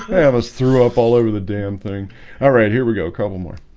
i was threw up all over the damn thing all right here. we go couple more